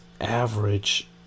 average